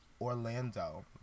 Orlando